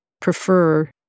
prefer